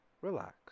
relax